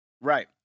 Right